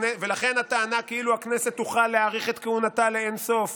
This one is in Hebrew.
ולכן הטענה שהכנסת תוכל להאריך את כהונתה לאין-סוף